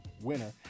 winner